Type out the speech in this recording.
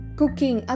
cooking